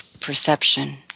perception